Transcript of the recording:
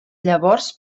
llavors